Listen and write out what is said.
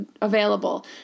available